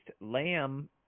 Lamb